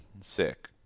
sick